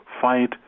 fight